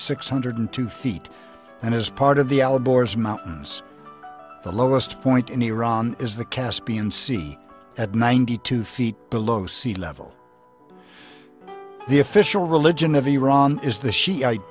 six hundred two feet and as part of the allegories mountains the lowest point in iran is the caspian sea at ninety two feet below sea level the official religion of iran is the shiite